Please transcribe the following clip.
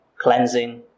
cleansing